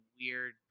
weird